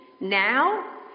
now